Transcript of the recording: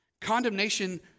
condemnation